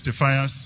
testifiers